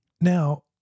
now